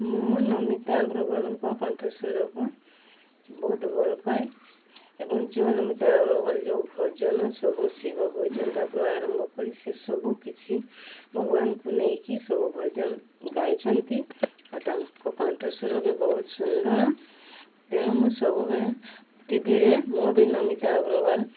ମୁଁ ନମିତା ଅଗ୍ରବାଲଙ୍କ କଣ୍ଠ ସ୍ୱରକୁ ବହୁତ ଭଲ ପାଏ ଏବଂ ଯେଉଁ ନମିତା ଅଗ୍ରବାଲ ଯେଉଁ ଭଜନ ସବୁ ଶିବ ଭଜନ ପାଖରୁ ଆରମ୍ଭ କରି ସେସବୁ କିଛି ଭଗବାନଙ୍କୁ ନେଇକି ସବୁ ଭଜନ ଗାଇଛନ୍ତି ଆଉ ତାଙ୍କ କଣ୍ଠ ସ୍ୱର ବି ବହୁତ ସୁନ୍ଦର ତେଣୁ ମୁଁ ସବୁବେଳେ ଟିଭିରେ ମୁଁ ବି ନମିତା ଅଗ୍ରବାଲ